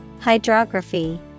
hydrography